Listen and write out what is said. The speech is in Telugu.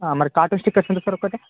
మరి కార్టూన్ స్టిక్కర్స్ ఎంత సార్ ఒకటి